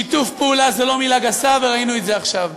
שיתוף פעולה זה לא מילה גסה, וראינו את זה עכשיו.